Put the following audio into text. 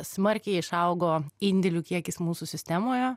smarkiai išaugo indėlių kiekis mūsų sistemoje